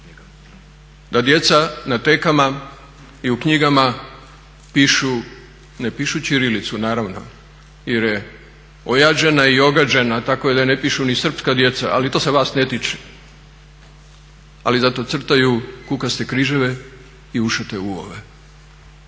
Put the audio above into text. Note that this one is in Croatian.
da djeca na tekama i u knjigama pišu ne pišu ćirilicu naravno jer je ojađena i ogađena tako da je ne pišu ni srpska djeca, ali to se vas ne tiče, ali zato crtaju kukaste križeve i ušate U-ove.